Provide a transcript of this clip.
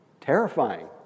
terrifying